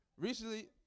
Recently